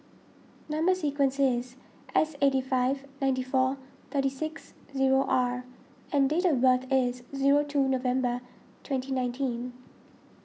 Number Sequence is S eighty five ninety four thirty six zero R and date of birth is zero two November twenty nineteen